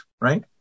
right